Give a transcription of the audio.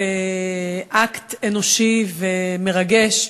באקט אנושי ומרגש,